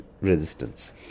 resistance